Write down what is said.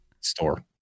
store